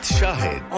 Shahid